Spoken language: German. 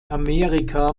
amerika